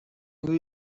انگار